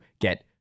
get